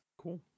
cool